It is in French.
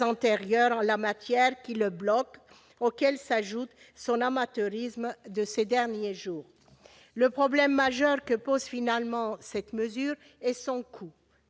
antérieurs en la matière, qui le bloquent, et auxquels s'ajoute son amateurisme de ces derniers jours ! Le problème majeur que pose en fin de compte cette mesure est son coût